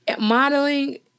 modeling